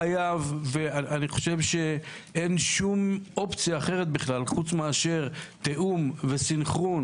חייב ואני חושב שאין שום אופציה אחרת בכלל חוץ מאשר תיאום וסנכרון